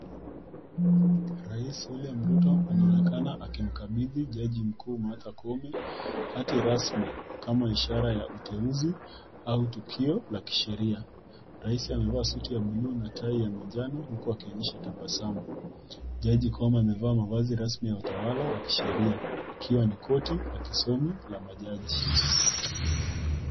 Rais William Ruto anaonekana akimkabidhii jaji mkuu Martha Koome hati rasmi kama ishara ya uteuzi au tukio la kisheria. Rais amevaa suti ya buluu na tai ya manjano huku akionyesha tabasamu. Jaji koome amevaa mavazi rasmi ya utawala wa kisheria ikiwa ni korti la kisomi la majaji.